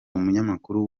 umunyamakuru